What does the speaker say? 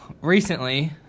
recently